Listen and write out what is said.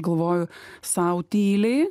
galvoju sau tyliai